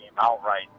outright